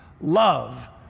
Love